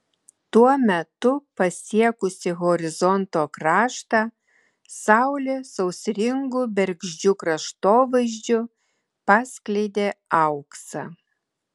tuo metu pasiekusi horizonto kraštą saulė sausringu bergždžiu kraštovaizdžiu paskleidė auksą